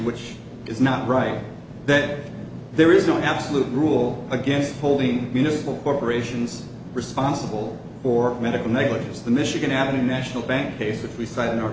which is not right that there is no absolute rule against holding municipal corporations responsible for medical negligence the michigan avenue national bank cases we cit